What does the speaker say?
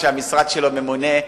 שהמשרד שלו ממונה,